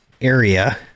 area